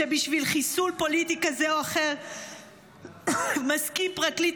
שבשביל חיסול פוליטי כזה או אחר מסכים פרקליט